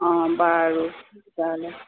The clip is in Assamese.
অ বাৰু তেতিয়াহ'লে